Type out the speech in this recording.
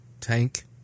tank